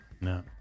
No